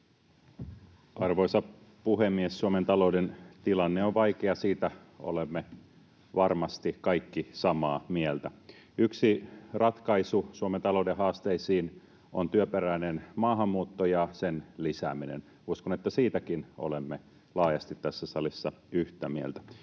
Arvoisa puhemies! Suomen talouden tilanne on vaikea. Siitä olemme varmasti kaikki samaa mieltä. Yksi ratkaisu Suomen talouden haasteisiin on työperäinen maahanmuutto ja sen lisääminen. Uskon, että siitäkin olemme laajasti tässä salissa yhtä mieltä.